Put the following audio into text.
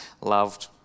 loved